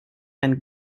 eine